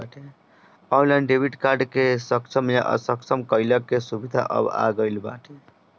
online debit card के सक्षम या असक्षम कईला के सुविधा अब आ गईल बाटे